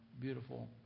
beautiful